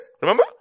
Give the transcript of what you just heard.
Remember